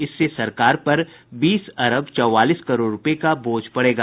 इससे सरकार पर बीस अरब चौवालीस करोड़ रूपये का बोझ पड़ेगा